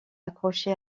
accrochés